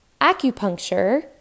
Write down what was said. acupuncture